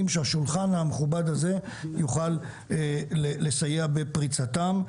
שהשולחן המכובד הזה יוכל לסייע בפריצתם?